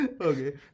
Okay